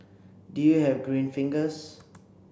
do you have green fingers